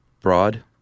Broad